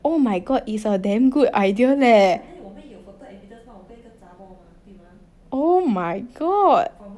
oh my god is a damn good idea leh oh my god